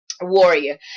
warrior